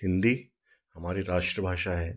हिन्दी हमारी राष्ट्रभाषा है